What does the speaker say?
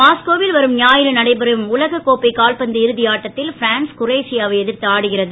மாஸ்கோவில் வரும் ஞாயிறு நடைபெறும் உலகக் கோப்பை கால்பந்து இறுதி ஆட்டத்தில் பிரான்ஸ் குரோஷியாவை எதிர்த்து ஆடுகிறது